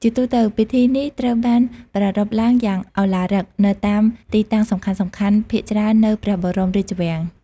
ជាទូទៅ ពិធីនេះត្រូវបានប្រារព្ធឡើងយ៉ាងឱឡារិកនៅតាមទីតាំងសំខាន់ៗភាគច្រើននៅព្រះបរមរាជវាំង។